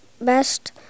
best